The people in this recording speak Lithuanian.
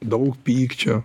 daug pykčio